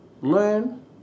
learn